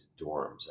dorms